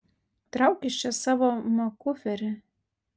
trauk iš čia savo makuferį